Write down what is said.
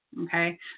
okay